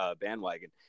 bandwagon